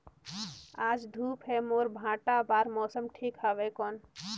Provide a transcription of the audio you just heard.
आज धूप हे मोर भांटा बार मौसम ठीक हवय कौन?